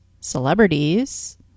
celebrities